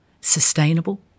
sustainable